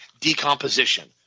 decomposition